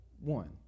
One